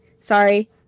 sorry